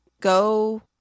go